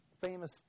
famous